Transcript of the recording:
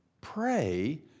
pray